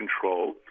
control